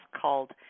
called